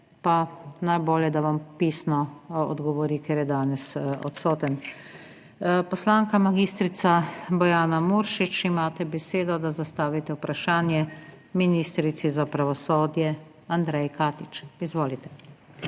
je najbolje, da vam pisno odgovori, ker je danes odsoten. Poslanka mag. Bojana Muršič, imate besedo, da zastavite vprašanje ministrici za pravosodje Andreji Katič. Izvolite.